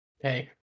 Hey